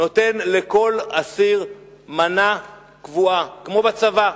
נותן לכל אסיר מנה קבועה, כמו בצבא.